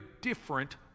different